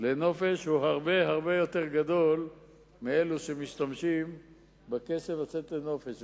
לנופש הוא הרבה יותר גדול מאלה שמשתמשים בכסף כדי לצאת לנופש.